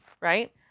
Right